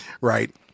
right